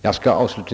Televerkets